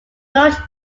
wrote